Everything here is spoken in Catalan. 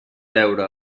veure